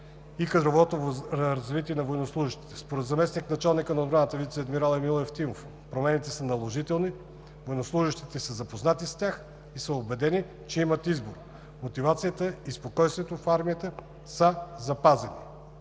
и кадровото развитие на военнослужещите. Според заместник-началника на отбраната вицеадмирал Емил Ефтимов промените са наложителни, военнослужещите са запознати с тях и са се убедили, че имат избор. Мотивацията и спокойствието в армията са запазени.